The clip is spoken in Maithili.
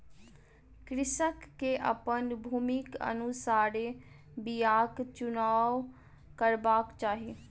कृषक के अपन भूमिक अनुसारे बीयाक चुनाव करबाक चाही